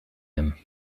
him